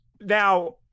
Now